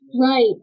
Right